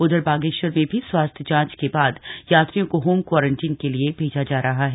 उधर बागेश्वर में भी स्वास्थ्य जांच के बाद यात्रियों को होम कोरेन्टाइन के लिए भेजा जा रहा है